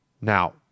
Now